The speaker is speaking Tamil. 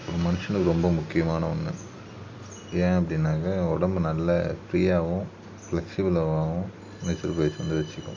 ஒரு மனுஷனுக்கு ரொம்ப முக்கியமான ஒன்று ஏன் அப்படின்னாக்கா உடம்பு நல்லா ஃப்ரீயாகவும் ஃப்ளெக்சிபிளாவாகவும் நீச்சல் பயிற்சி வந்து வெச்சுக்கும்